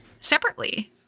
separately